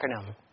acronym